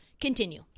Continue